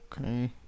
Okay